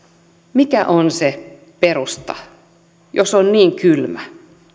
mikä on se perusta jos on niin kylmä